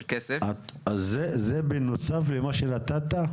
של כסף --- אז זה בנוסף למה שנתת?